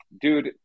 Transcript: dude